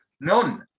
None